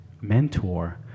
mentor